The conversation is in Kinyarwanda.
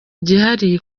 gihari